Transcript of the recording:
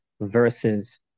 versus